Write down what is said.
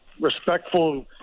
respectful